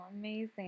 amazing